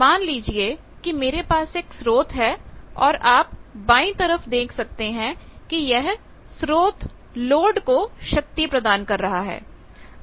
मान लीजिए कि मेरे पास एक स्रोत है और आप बाईं तरफ देख सकते हैं कि यह स्रोत लोड को शक्ति प्रदान कर रहा है